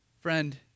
Friend